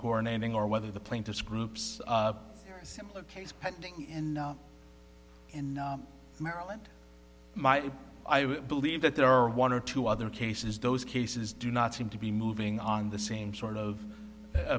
coordinating or whether the plaintiff groups a similar case pending in maryland my i believe that there are one or two other cases those cases do not seem to be moving on the same sort of